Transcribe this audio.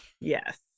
Yes